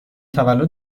تولد